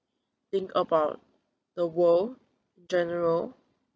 think about the world general